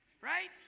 right